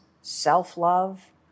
self-love